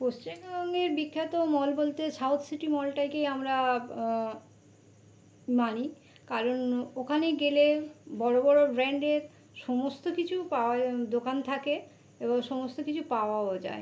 পশ্চিমবঙ্গের বিখ্যাত মল বলতে সাউথ সিটি মলটাকেই আমরা মানি কারণ ওখানে গেলে বড় বড় ব্র্যান্ডের সমস্ত কিছু পাওয়া দোকান থাকে এবং সমস্ত কিছু পাওয়াও যায়